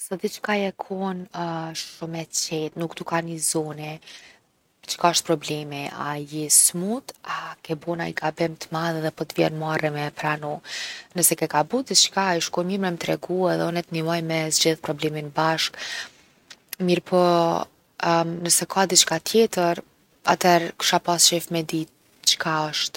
Sot diçka je kon shumë e qetë, nuk tu ka ni zoni. çka osht problemi? A je smut, a ke bo naj gabim t’madh edhe po t’vjen marre me e pranu? Nëse ke gabu diçka ish kon mirë me m’tregu edhe une t’nimoj me e zgjedh problemin bashke. Mirëpo, nëse ka diçka tjetër atëherë kisha pas qef me dit çka osht.